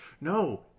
No